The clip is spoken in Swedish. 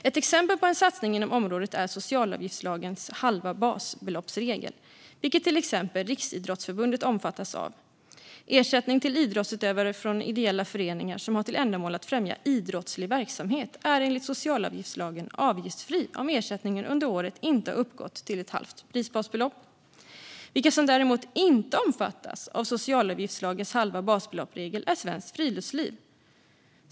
Ett exempel på en satsning inom området är socialavgiftslagens halvt-basbelopp-regel, vilken till exempel Riksidrottsförbundet omfattas av. Ersättning till idrottsutövare från ideella föreningar som har till ändamål att främja idrottslig verksamhet är enligt socialavgiftslagen avgiftsfri om ersättningen under året inte har uppgått till ett halvt prisbasbelopp. Vilka som däremot inte omfattas av socialavgiftslagens halvt-basbelopp-regel är Svenskt Friluftsliv.